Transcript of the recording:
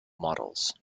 models